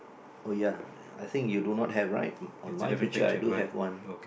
oh ya ya I think you do not have right on my picture I do have one